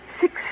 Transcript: Six